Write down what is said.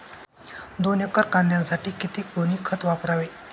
दोन एकर कांद्यासाठी किती गोणी खत वापरावे?